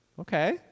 Okay